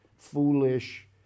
foolish